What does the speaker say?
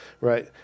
right